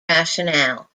rationale